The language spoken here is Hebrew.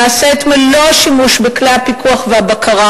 נעשה את מלוא השימוש בכלי הפיקוח והבקרה